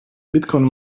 bitcoin